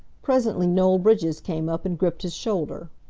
presently noel bridges came up and gripped his shoulder.